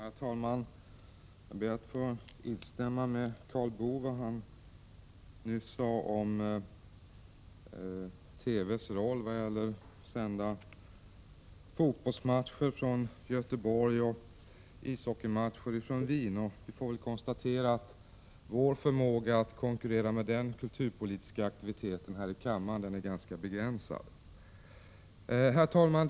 Herr talman! Jag ber att få instämma med Karl Boo i det han sade nyss om TV:s roll när det gäller att sända fotbollsmatcher från Göteborg och ishockeymatcher från Wien. Vi får väl konstatera att vår förmåga att här i kammaren konkurrera med sådana kulturpolitiska aktiviteter är ganska begränsad. Herr talman!